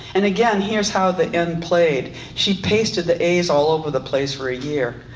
and again here's how the end played. she pasted the a's all over the place for a year.